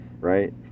right